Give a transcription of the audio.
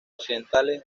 occidentales